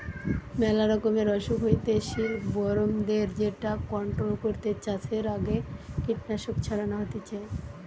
মেলা রকমের অসুখ হইতে সিল্কবরমদের যেটা কন্ট্রোল করতে চাষের আগে কীটনাশক ছড়ানো হতিছে